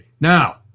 Now